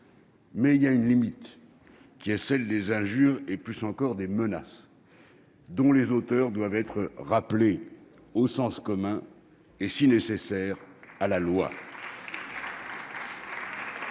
saurait être franchie : celle des injures et, pire encore, des menaces, dont les auteurs doivent être rappelés au sens commun et, si nécessaire, à la loi.